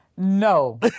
No